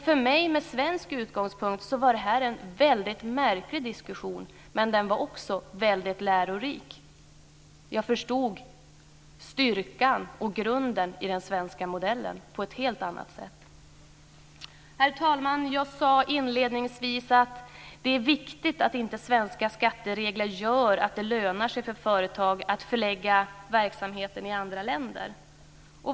För mig, med svensk utgångspunkt, var detta en väldigt märklig diskussion - men den var också väldigt lärorik. Jag förstod styrkan och grunden i den svenska modellen på ett helt annat sätt än tidigare. Herr talman! Jag sade inledningsvis att det är viktigt att inte svenska skatteregler gör att det lönar sig för företag att förlägga verksamheten i andra länder.